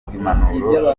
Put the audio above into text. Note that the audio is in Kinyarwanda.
impanuro